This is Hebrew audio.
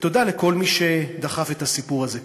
ותודה לכל מי שדחף את הסיפור הזה קדימה.